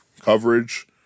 coverage